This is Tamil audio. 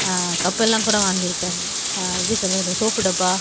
கப்பெல்லாம் கூட வாங்கியிருக்கேன் எப்படி சொல்கிறது சோப்பு டப்பா